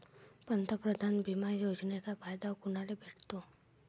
पंतप्रधान बिमा योजनेचा फायदा कुनाले भेटतो?